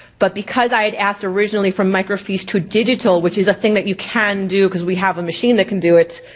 but because i had asked originally from microfiche to digital, which is a thing you can do, cause we have a machine that can do it,